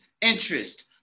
interest